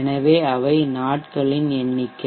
எனவே அவை நாட்களின் எண்ணிக்கை